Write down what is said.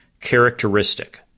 characteristic